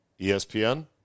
ESPN